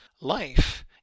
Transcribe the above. life